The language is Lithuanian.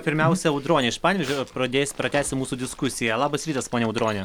pirmiausia audronė iš panevėžio pradės pratęsti mūsų diskusiją labas rytas ponia audrone